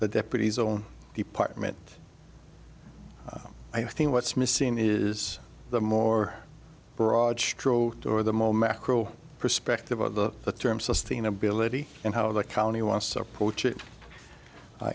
the deputies own department i think what's missing is the more broad stroke for the moment perspective of the term sustainability and how the county wants to